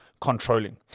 controlling